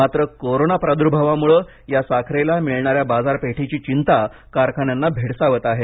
मात्र कोरोना प्रादुर्भावामुळं या साखरेला मिळणाऱ्या बाजारपेठेची चिंता कारखान्यांना भेडसावत आहे